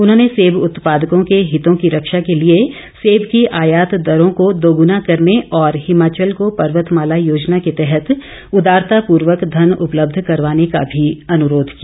उन्होंने सेब उत्पादकों के हितों की रक्षा के लिए सेब की आयात दरों को दोग्ना करने और हिमाचल को पर्वत माला योजना के तहत उदारता पूर्वक धन उपलब्ध करवाने का भी अनुरोध किया